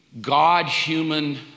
God-human